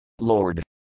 Lord